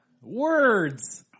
Words